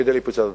כדי פריצת דרך.